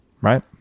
Right